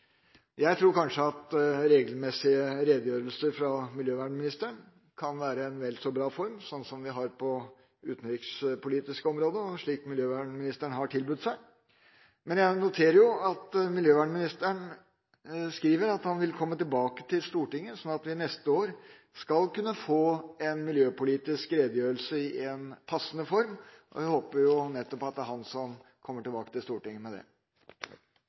Jeg tror kanskje at regelmessige redegjørelser fra miljøvernministeren kan være en vel så bra form, slik vi har på det utenrikspolitiske området, og slik miljøvernministeren har tilbudt seg. Men jeg noterer at miljøvernministeren skriver at han vil komme tilbake til Stortinget, slik at vi neste år skal kunne få en miljøpolitisk redegjørelse i en passende form, og jeg håper at det er nettopp ham som kommer tilbake til Stortinget med